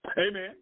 Amen